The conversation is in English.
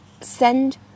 Send